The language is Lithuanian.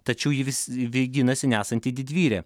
tačiau ji vis ginasi nesanti didvyrė